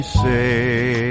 say